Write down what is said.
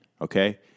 okay